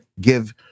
give